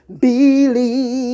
believe